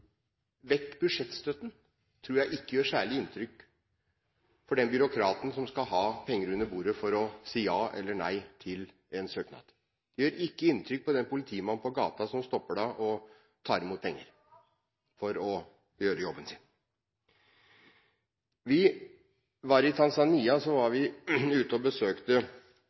vekk budsjettstøtten tror jeg ikke gjør særlig inntrykk på den byråkraten som skal ha penger under bordet for å si ja eller nei til en søknad. Det gjør ikke inntrykk på den politimannen på gaten som stopper deg og tar imot penger for å gjøre jobben sin. Da vi var i Tanzania, var vi ute og besøkte